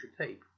tape